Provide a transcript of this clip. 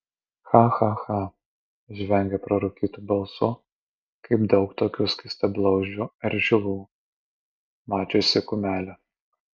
cha cha cha žvengia prarūkytu balsu kaip daug tokių skystablauzdžių eržilų mačiusi kumelė